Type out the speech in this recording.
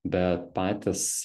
bet patys